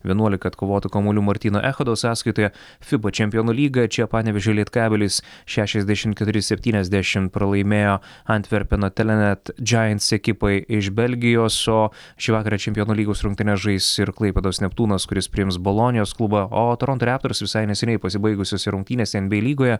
vienuolika atkovotų kamuolių martyno echodo sąskaitoje fiba čempionų lyga čia panevėžio lietkabelis šešiasdešim keturi septyniasdešim pralaimėjo antverpeno telenet džains ekipai iš belgijos o šį vakarą čempionų lygos rungtynes žais ir klaipėdos neptūnas kuris priims bolonijos klubą o toronto reptors visai neseniai pasibaigusiose rungtynėse nbi lygoje